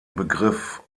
begriff